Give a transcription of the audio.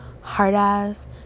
hard-ass